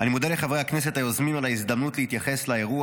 אני מודה לחברי הכנסת היוזמים על ההזדמנות להתייחס לאירוע